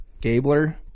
Gabler